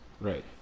Right